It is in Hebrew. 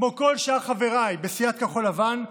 כמו כל שאר חבריי בסיעת כחול לבן,